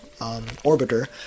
orbiter